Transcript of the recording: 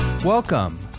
Welcome